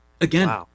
Again